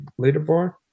leaderboard